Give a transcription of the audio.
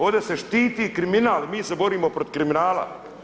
Ovdje se štiti kriminal i mi se borimo protiv kriminala.